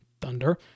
Thunder